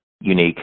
unique